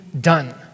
done